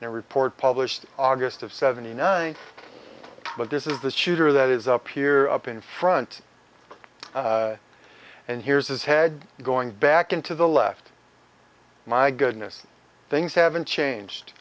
a report published august of seventy nine but this is the shooter that is up here up in front and here's his head going back into the left my goodness things haven't changed